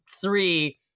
three